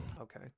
Okay